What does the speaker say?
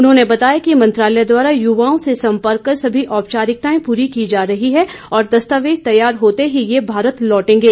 उन्होंने बताया कि मंत्रालय द्वारा युवाओं से संपर्क कर सभी औपचारिकताएं पूरी की जा रही हैं और दस्तावेज तैयार होते ही ये भारत लौटेंगे